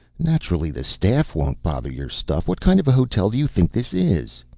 naturally the staff won't bother your stuff. what kind of a hotel do you think this is?